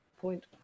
Point